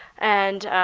and